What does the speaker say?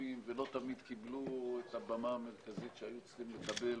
חשובים ולא תמיד קיבלו את הבמה המרכזית שהיו צריכים לקבל,